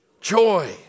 joy